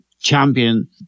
champion